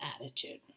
attitude